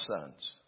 sons